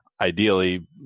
ideally